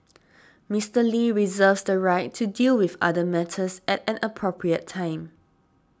Mister Lee reserves the right to deal with other matters at an appropriate time